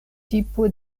tipo